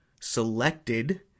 selected